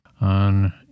on